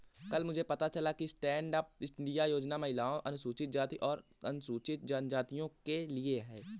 कल मुझे पता चला कि स्टैंडअप इंडिया योजना महिलाओं, अनुसूचित जाति और अनुसूचित जनजाति के लिए है